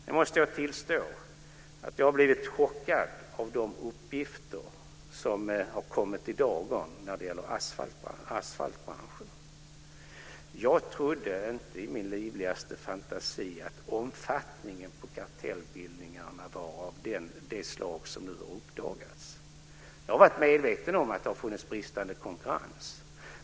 Jag måste tillstå att jag har blivit chockad av de uppgifter som har kommit i dagern när det gäller asfaltbranschen. Jag trodde inte i min livligaste fantasi att omfattningen på kartellbildningarna var av det slag som nu har uppdagats. Jag har varit medveten om att det har funnits bristande konkurrens.